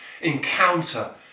encounter